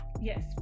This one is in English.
Yes